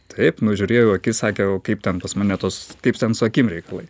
taip nužiūrėjau akis sakė o kaip ten pas mane tos kaip ten su akim reikalai